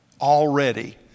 already